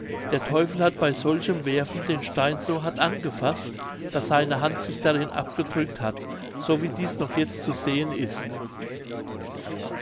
der teufel hat bei solchem werfen den stein so hart angefaßt daß seine hand sich darin abgedrückt hat so wie dies noch jetzt zu sehen ist